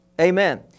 Amen